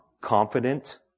confident